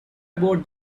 about